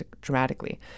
dramatically